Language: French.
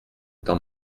temps